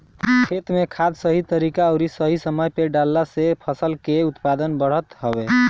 खेत में खाद सही तरीका अउरी सही समय पे डालला से फसल के उत्पादन बढ़त हवे